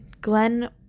Glenn